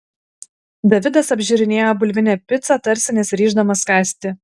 davidas apžiūrinėjo bulvinę picą tarsi nesiryždamas kąsti